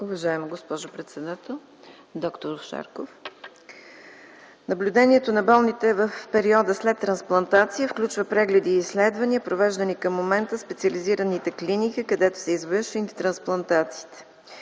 Уважаема госпожо председател, д-р Шарков! Наблюдението на болните в периода след трансплантация включва прегледи и изследвания провеждани към момента в специализираните клиники, където са извършени трансплантациите.